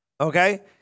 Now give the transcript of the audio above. okay